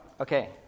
okay